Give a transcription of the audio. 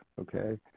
okay